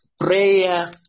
prayer